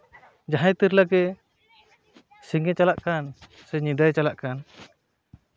ᱡᱟᱦᱟᱸᱭ ᱛᱤᱨᱞᱟᱹ ᱜᱮ ᱥᱤᱧᱮ ᱪᱟᱞᱟᱜ ᱠᱟᱱ ᱥᱮ ᱧᱤᱫᱟᱹᱭ ᱪᱟᱞᱟᱜ ᱠᱟᱱ